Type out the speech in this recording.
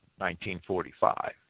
1945